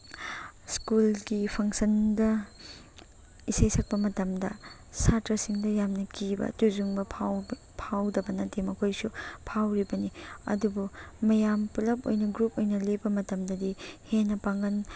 ꯁ꯭ꯀꯨꯜꯒꯤ ꯐꯪꯁꯟꯗ ꯏꯁꯩ ꯁꯛꯄ ꯃꯇꯝꯗ ꯁꯥꯇ꯭ꯔꯁꯤꯡꯗ ꯌꯥꯝꯅ ꯀꯤꯕ ꯇꯨꯖꯨꯡꯕ ꯐꯥꯎꯗꯕ ꯅꯠꯇꯦ ꯃꯈꯣꯏꯁꯨ ꯐꯥꯎꯔꯤꯕꯅꯤ ꯑꯗꯨꯕꯨ ꯃꯌꯥꯝ ꯄꯨꯂꯞ ꯑꯣꯏꯅ ꯒ꯭ꯔꯨꯞ ꯑꯣꯏꯅ ꯂꯦꯞꯄ ꯃꯇꯝꯗꯗꯤ ꯍꯦꯟꯅ ꯄꯥꯡꯒꯜ